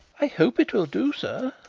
i hope it will do sir.